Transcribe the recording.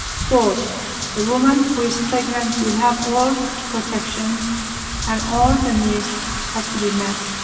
four a woman who is pregnant will have all protection and all her needs has to be met.